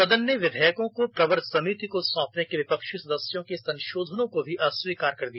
सदन ने विधेयकों को प्रवर समिति को सौंपने के विपक्षी सदस्यों के संशोधनों को भी अस्वीकार कर दिया